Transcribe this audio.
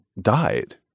died